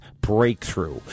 Breakthrough